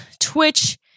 Twitch